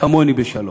כמוני בשלום,